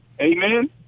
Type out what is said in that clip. Amen